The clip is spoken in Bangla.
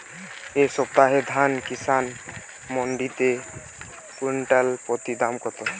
এই সপ্তাহে ধান কিষান মন্ডিতে কুইন্টাল প্রতি দাম কত?